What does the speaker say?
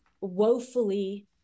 woefully